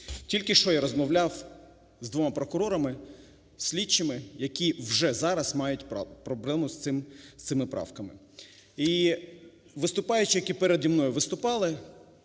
Тільки що я розмовляв з двома прокурорами слідчими, які вже зараз мають проблему з цими правками. І виступаючі, які переді мною виступали